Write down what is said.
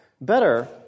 Better